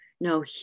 No